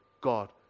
God